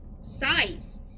Size